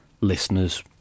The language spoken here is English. listeners